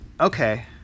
okay